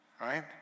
right